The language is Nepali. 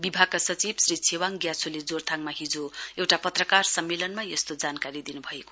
विभागका सचिव श्री छेवाङ ग्याछोले जोरथाङमा हिजो एउटा पत्रकार सम्मेलनमा यस्तो जानकारी दिनुभयो